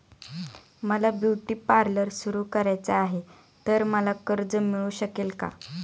मला beauty parlour सुरू करायचे आहे तर मला कर्ज मिळू शकेल का?